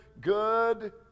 good